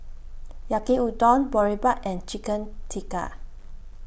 Yaki Udon Boribap and Chicken Tikka